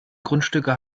grundstücke